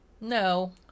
No